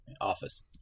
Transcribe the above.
office